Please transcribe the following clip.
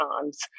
times